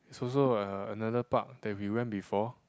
is also uh another park that we went before